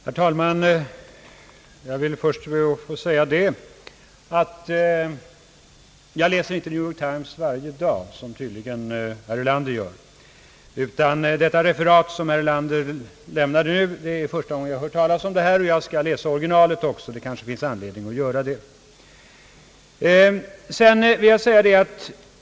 Herr talman! Jag vill först be att få säga, att jag inte läser New York Times varje dag som tydligen herr Erlander gör. Det är första gången jag hör talas om det referat som herr Erlander nämnde. Jag skall läsa originalet också; det kanske finns anledning att göra det.